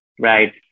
right